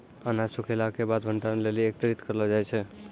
अनाज सूखैला क बाद भंडारण लेलि एकत्रित करलो जाय छै?